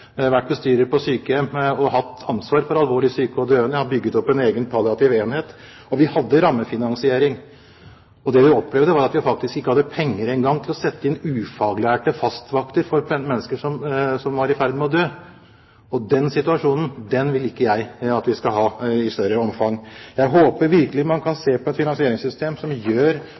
vært bestyrer på sykehjem og hatt ansvaret for alvorlig syke og døende. Jeg bygde opp en egen palliativ enhet. Vi hadde rammefinansiering. Det vi opplevde, var at vi faktisk ikke engang hadde penger til å sette inn ufaglærte fastvakter for mennesker som var i ferd med å dø. Den situasjonen vil ikke jeg at vi skal ha i større omfang. Jeg håper virkelig man kan se på et finansieringssystem som gjør